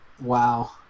Wow